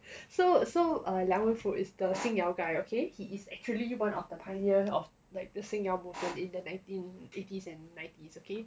so so err liang wen fu is the 新谣 guy okay he is actually one of the pioneers of like the 新谣 movement in the nineteen eighties and nineties okay